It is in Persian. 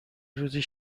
روزی